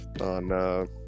on